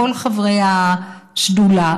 כל חברי השדולה,